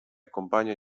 compagno